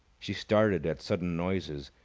she started at sudden noises,